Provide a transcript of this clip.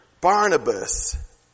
Barnabas